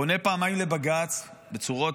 פונה פעמיים לבג"ץ בצורות,